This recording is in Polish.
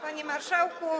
Panie Marszałku!